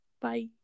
Bye